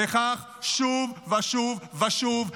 וכך שוב ושוב ושוב,